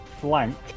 flank